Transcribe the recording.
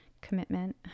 commitment